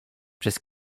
przez